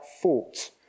fault